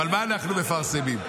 אבל מה אנחנו מפרסמים?